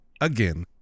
again